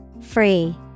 Free